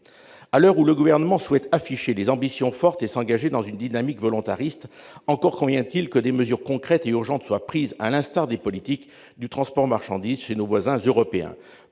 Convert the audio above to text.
À l'heure où le Gouvernement souhaite afficher des ambitions fortes et s'engager dans une dynamique volontariste, encore convient-il que des mesures concrètes et urgentes soient prises à l'instar des politiques du transport de marchandises chez nos voisins européens.